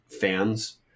fans